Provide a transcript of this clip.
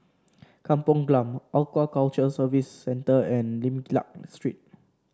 Kampung Glam Aquaculture Services Centre and Lim Liak Street